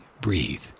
breathe